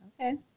Okay